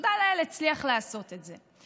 ותודה לאל, הוא הצליח לעשות את זה.